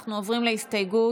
אנחנו עוברים להסתייגויות